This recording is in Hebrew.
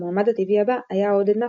המועמד הטבעי הבא היה עודד נפחי,